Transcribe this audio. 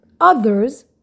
others